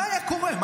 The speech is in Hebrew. מה היה קורה?